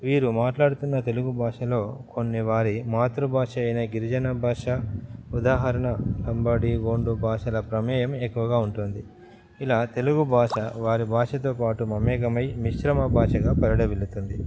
వీరు మాట్లాడుతున్న తెలుగు భాషలో కొన్ని వారి మాతృభాష అయినా గిరిజన భాష ఉదాహరణకు లంబాడి గోండు భాషల ప్రమేయం ఎక్కువగా ఉంటుంది ఇలా తెలుగు భాష వారి భాషతో పాటు మమేకమై మిశ్రమ భాషగా పరిఢవిల్లుతుంది